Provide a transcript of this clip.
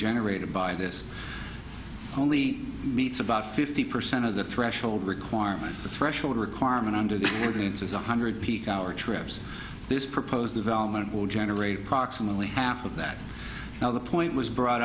generated by this only meets about fifty percent of the threshold requirements the threshold requirement under the ordinance is one hundred peak hour trips this proposed development will generate proximately half of that now the point was brought